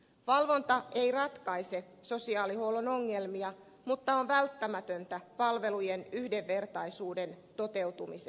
valvonta ei ratkaise sosiaalihuollon ongelmia mutta on välttämätöntä palvelujen yhdenvertaisuuden toteutumiseksi